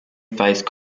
faced